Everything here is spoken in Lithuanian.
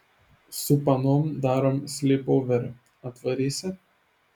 su panom darom slypoverį atvarysi